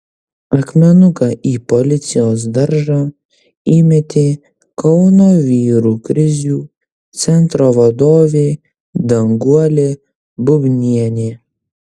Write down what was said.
akmenuką į policijos daržą įmetė kauno vyrų krizių centro vadovė danguolė bubnienė